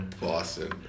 Boston